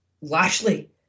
Lashley